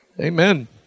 Amen